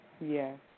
Yes